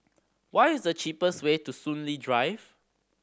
what is the cheapest way to Soon Lee Drive